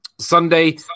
sunday